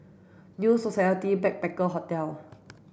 New Society Backpackers' Hotel